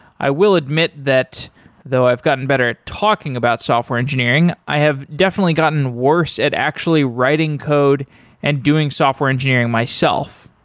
i will admit that though i've gotten better at talking about software engineering, i have definitely gotten worse at actually writing code and doing software engineering myself.